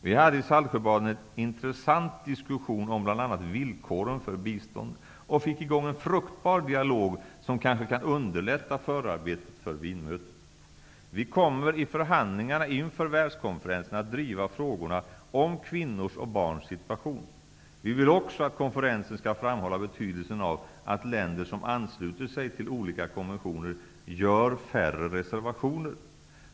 Vi hade i Saltsjöbaden en intressant diskussion om bl.a. villkoren för bistånd och fick i gång en fruktbar dialog, som kanske kan underlätta förarbetet för Wienmötet. Vi kommer i förhandlingarna inför världskonferensen att driva frågorna om kvinnors och barns situation. Vi vill också att konferensen skall framhålla betydelsen av att länder som ansluter sig till olika konventioner gör färre reservationer.